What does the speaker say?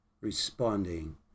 responding